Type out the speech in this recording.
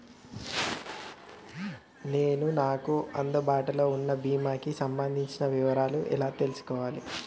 నేను నాకు అందుబాటులో ఉన్న బీమా కి సంబంధించిన వివరాలు ఎలా తెలుసుకోవాలి?